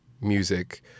music